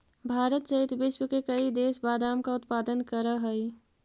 भारत सहित विश्व के कई देश बादाम का उत्पादन करअ हई